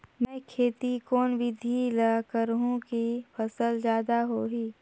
मै खेती कोन बिधी ल करहु कि फसल जादा होही